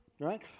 Right